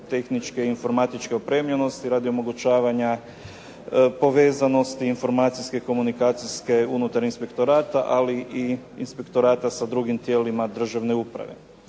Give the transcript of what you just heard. tehničke i informatičke opremljenosti radi omogućavanja povezanosti informacijske i komunikacijske unutar inspektorata ali i inspektorata sa drugim tijelima državne uprave.